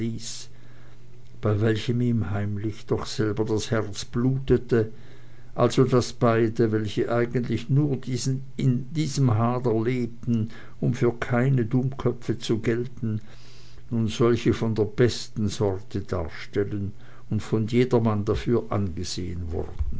bei welchem ihm heimlich doch selber das herz blutete also daß beide welche eigentlich nur in diesem hader lebten um für keine dummköpfe zu gelten nun solche von der besten sorte darstellten und von jedermann dafür angesehen wurden